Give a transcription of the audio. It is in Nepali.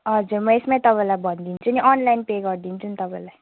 हजुर म यसमै तपाईँलाई भनिदिन्छु नि अनलाइन पे गरिदिन्छु नि तपाईँलाई